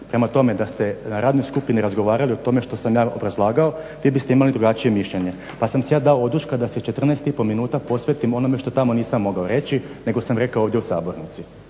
Prema tome, da ste na radnoj skupini razgovarali o tome što sam ja obrazlagao vi biste imali drugačije mišljenje. Pa sam si ja dao oduška da si 14,5 minuta posvetim onome što tamo nisam mogao reći nego sam rekao ovdje u sabornici